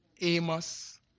Amos